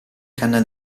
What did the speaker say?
canna